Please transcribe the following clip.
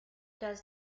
does